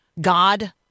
God